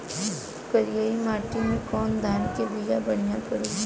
करियाई माटी मे कवन धान के बिया बढ़ियां पड़ी?